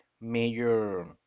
major